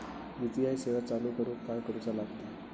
UPI सेवा चालू करूक काय करूचा लागता?